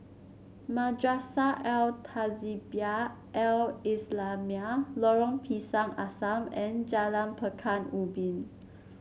Madrasah Al Tahzibiah Al Islamiah Lorong Pisang Asam and Jalan Pekan Ubin